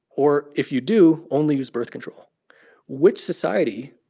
or, if you do, only use birth control which society,